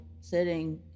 sitting